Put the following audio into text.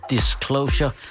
Disclosure